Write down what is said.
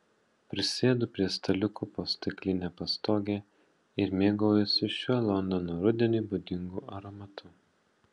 prisėdu prie staliuko po stikline pastoge ir mėgaujuosi šiuo londono rudeniui būdingu aromatu